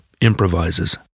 improvises